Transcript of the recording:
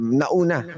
nauna